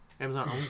Amazon